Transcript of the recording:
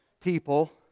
people